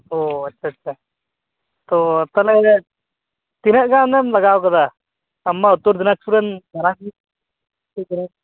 ᱚ ᱟᱪᱪᱷᱟ ᱟᱪᱪᱷᱟ ᱛᱚ ᱛᱟᱦᱚᱞᱮ ᱛᱤᱱᱟᱹᱜ ᱜᱟᱱᱮᱢ ᱞᱟᱜᱟᱣ ᱟᱠᱟᱫᱟ ᱟᱢ ᱢᱟ ᱩᱛᱛᱚᱨ ᱫᱤᱱᱟᱡᱯᱩᱨ ᱨᱮᱱ ᱢᱟᱨᱟᱝ